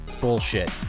Bullshit